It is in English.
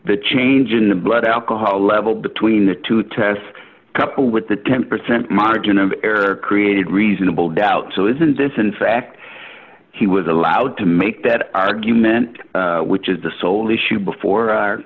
the change in the blood alcohol level between the two test coupled with the ten percent margin of error created reasonable doubt so isn't this in fact he was allowed to make that argument which is the sole issue before